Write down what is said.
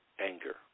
anger